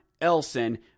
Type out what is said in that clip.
Elson